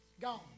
Gone